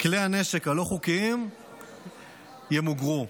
כלי הנשק הלא-חוקיים ימוגרו.